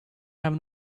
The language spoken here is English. have